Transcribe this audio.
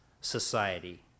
society